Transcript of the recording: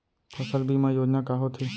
फसल बीमा योजना का होथे?